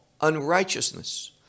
unrighteousness